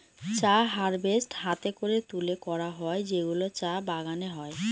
চা হারভেস্ট হাতে করে তুলে করা হয় যেগুলো চা বাগানে হয়